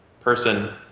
person